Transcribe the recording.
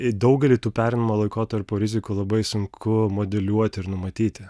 į daugelį tų pereinamojo laikotarpio rizikų labai sunku modeliuoti ir numatyti